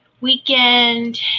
weekend